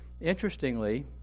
Interestingly